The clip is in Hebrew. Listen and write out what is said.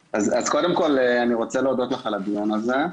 קודם כל, אני רוצה להודות לך על הדיון הזה.